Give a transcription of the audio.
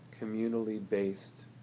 communally-based